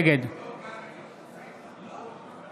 נגד